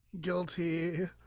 Guilty